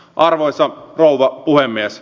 arvoisa rouva puhemies